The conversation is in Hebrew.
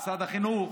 משרד החינוך,